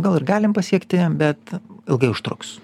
gal ir galim pasiekti bet ilgai užtruks